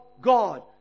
God